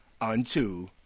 unto